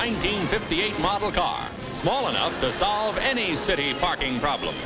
nineteen fifty eight model car wall and solve any city parking problem